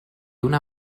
una